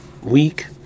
week